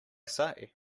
say